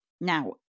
Now